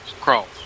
crawl